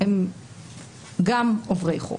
הם גם עוברי חוק,